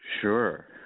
Sure